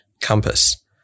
compass